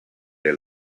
der